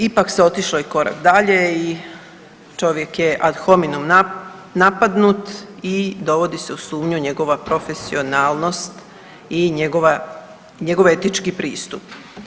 Ipak se otišlo i korak dalje i čovjek je ad hominem napadnut i dovodi se u sumnju njegova profesionalnost i njego etički pristup.